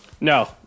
No